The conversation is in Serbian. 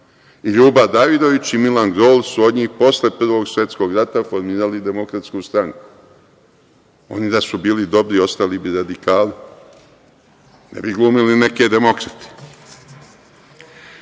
i Ljuba Davidović i Milan Grol su od njih posle Prvog svetskog rata formirali DS.Oni da su bili dobri, ostali bi radikali, ne bi glumili neke demokrate. Što